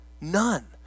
none